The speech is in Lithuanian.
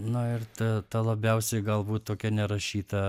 na ir ta ta labiausiai galbūt tokia nerašyta